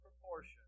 proportion